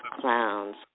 clowns